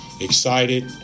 excited